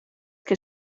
que